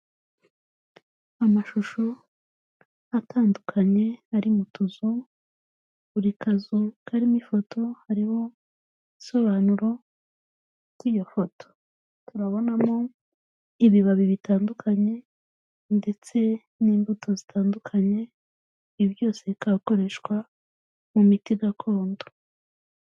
Amashusho atandukanye ari mu tuzu, buri kazu karimo ifoto harimo ibisobanuro byiyo foto, turabonamo ibibabi bitandukanye ndetse n'imbuto zitandukanye, ibi byose bikakoreshwa mu miti gakondo.